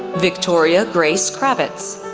victoria grace kravets,